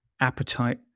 appetite